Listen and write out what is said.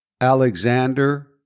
Alexander